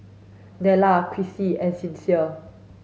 Nella Krissy and Sincere